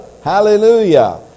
Hallelujah